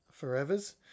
forevers